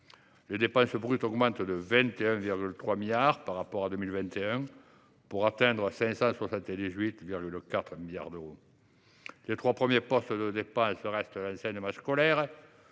Les dépenses brutes augmentent de 21,3 milliards d’euros par rapport à 2021, pour atteindre 578,4 milliards d’euros. Les trois premiers postes de dépenses restent l’enseignement scolaire,